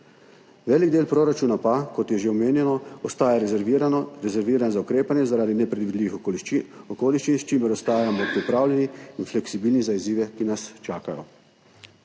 Velik del proračuna pa, kot je že omenjeno, ostaja rezerviran za ukrepanje zaradi nepredvidljivih okoliščin, s čimer ostajamo pripravljeni in fleksibilni za izzive, ki nas čakajo.